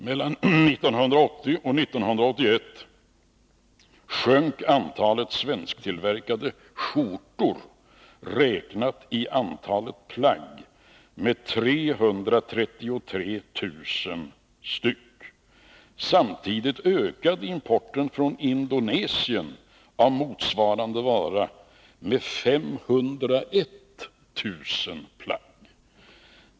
Mellan 1980 och 1981 sjönk mängden svensktillverkade skjortor, räknat i antalet plagg, med 333 000. Samtidigt ökade importen från Indonesien av motsvarande vara med 501 000 plagg.